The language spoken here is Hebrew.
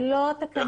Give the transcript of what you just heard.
למה לא?